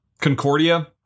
concordia